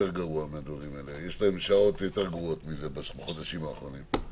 עובדים בשעות גרועות מזה בחודשים האחרונים.